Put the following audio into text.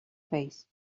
face